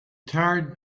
tired